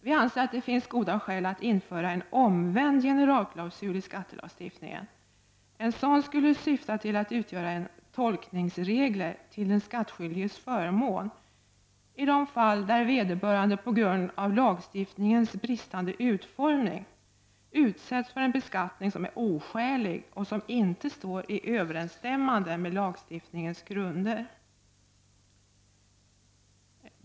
Vi anser att det finns goda skäl att införa en ”omvänd generalklausul” i skattelagstiftningen. En sådan skulle syfta till att utgöra en tolkningsregel till den skattskyldiges förmån i de fall vederbörande på grund av lagstiftningens bristande utformning utsätts för en beskattning som är oskälig och som inte står i överensstämmelse med lagstiftningens grunder.